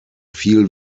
viel